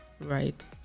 right